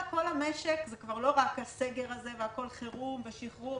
זה לא רק הסגר הזה והכול חירום ושחרור,